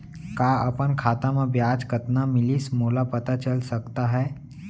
का अपन खाता म ब्याज कतना मिलिस मोला पता चल सकता है?